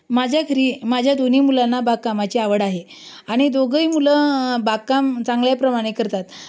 माझ्या घरी माझ्या दोन्ही मुलांना बागकामाची आवड आहे आणि दोघंही मुलं बागकाम चांगल्याप्रमाणे करतात